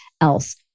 else